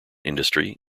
industry